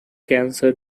cancer